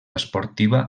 esportiva